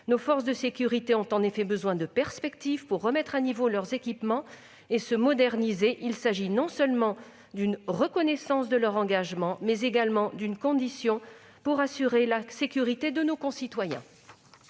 Nos forces de sécurité ont en effet besoin de perspectives pour remettre à niveau leurs équipements et se moderniser. Il s'agit non seulement d'une reconnaissance de leur engagement, mais également d'une condition pour assurer la sécurité de nos concitoyens.